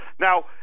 Now